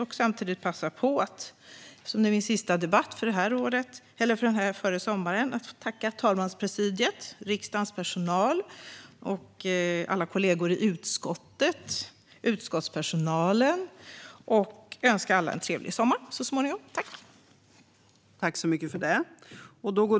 Eftersom detta är min sista debatt före sommaren vill jag passa på att tacka talmanspresidiet, riksdagens personal, alla kollegor i utskottet och utskottspersonalen och önska alla en trevlig sommar så småningom.